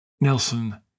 Nelson